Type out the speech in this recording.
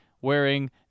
wearing